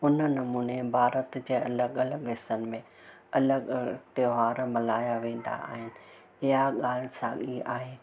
उन नमूने भारत जे अलॻि अलॻि हिसनि में अलॻि अलॻि त्यौहार मल्हाया वेंदा आहिनि इआ ॻाल्हि साॻी आहे